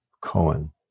Cohen